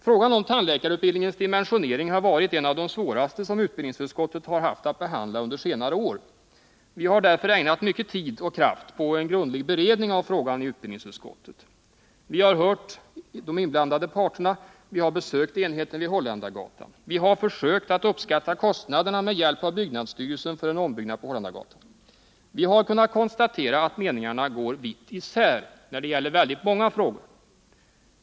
Frågan om tandläkarutbildningens dimensionering har varit en av de svåraste som utbildningsutskottet har haft att behandla under senare år. Vi har därför ägnat mycket tid och kraft åt en grundlig beredning av frågan i utbildningsutskottet. Vi har hört alla inblandade parter. Vi har besökt enheten vid Holländargatan. Vi har med hjälp av byggnadsstyrelsen försökt att uppskatta kostnaden för en ombyggnad på Holländargatan. Vi har kunnat konstatera att meningarna går vitt isär när det gäller många frågor.